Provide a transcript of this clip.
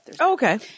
Okay